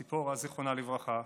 ציפורה, זיכרונה לברכה,